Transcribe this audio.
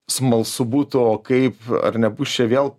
smalsu būtų kaip ar nebus čia vėl